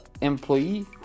employee